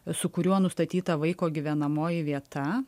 su kuriuo nustatyta vaiko gyvenamoji vieta